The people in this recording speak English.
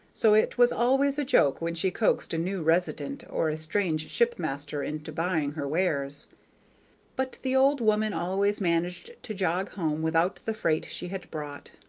so it was always a joke when she coaxed a new resident or a strange shipmaster into buying her wares but the old woman always managed to jog home without the freight she had brought.